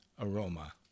aroma